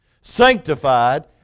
Sanctified